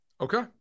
Okay